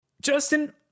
Justin